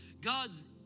God's